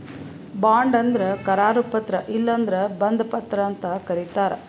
bond ಅಂದ್ರ ಕರಾರು ಪತ್ರ ಇಲ್ಲಂದ್ರ ಬಂಧ ಪತ್ರ ಅಂತ್ ಕರಿತಾರ್